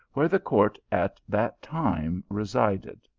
where the court at that time resided.